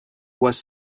was